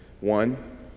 One